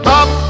up